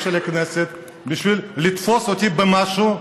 של הכנסת בשביל לתפוס אותי במשהו.